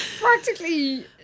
practically